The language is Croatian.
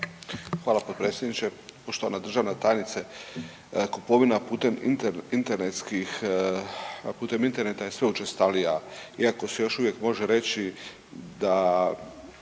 Hvala potpredsjedniče. Poštovana državna tajnice. Kupovina putem interneta je sve učestalija, iako se još uvijek može reći da